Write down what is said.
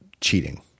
cheating